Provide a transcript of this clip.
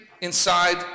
inside